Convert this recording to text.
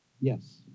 Yes